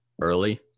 early